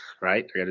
Right